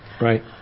right